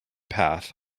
path